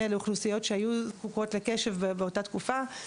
לאוכלוסיות שהיו זקוקות לקשב באותה תקופה.